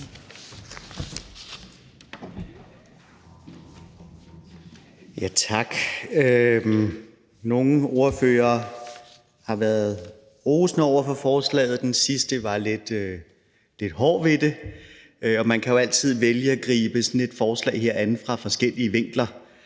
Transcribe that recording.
Tak. Nogle ordførere har været rosende over for forslaget; den sidste var lidt hård ved det. Og man kan jo altid vælge at gribe sådan et forslag her an fra forskellige vinkler,